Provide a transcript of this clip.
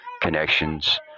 connections